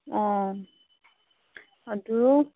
ꯑꯥ ꯑꯗꯨ